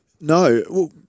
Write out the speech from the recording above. No